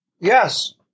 yes